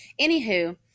Anywho